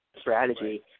strategy